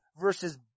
versus